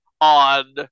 on